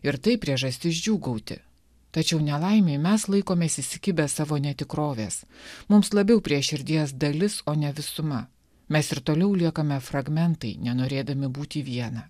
ir tai priežastis džiūgauti tačiau nelaimei mes laikomės įsikibę savo netikrovės mums labiau prie širdies dalis o ne visuma mes ir toliau liekame fragmentai nenorėdami būti viena